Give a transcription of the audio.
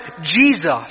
Jesus